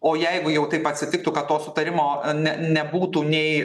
o jeigu jau taip atsitiktų kad to sutarimo ne nebūtų nei